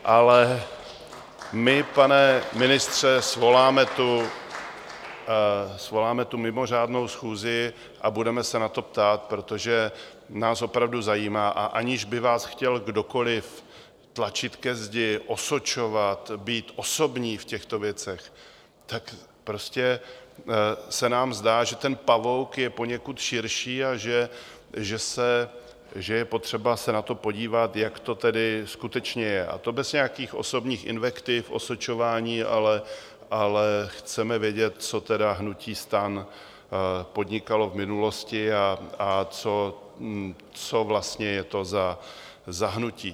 Ale my, pane ministře, svoláme tu mimořádnou schůzi a budeme se na to ptát, protože nás opravdu zajímá a aniž by vás chtěl kdokoli tlačit ke zdi, osočovat, být osobní v těchto věcech tak prostě se nám zdá, že ten pavouk je poněkud širší a že je potřeba se na to podívat, jak to tedy skutečně je, a to bez nějakých osobních invektiv, osočování, ale chceme vědět, co tedy hnutí STAN podnikalo v minulosti a co vlastně je to za hnutí.